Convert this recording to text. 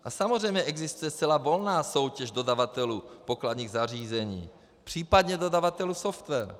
A samozřejmě existuje zcela volná soutěž dodavatelů pokladních zařízení, případně dodavatelů softwarů.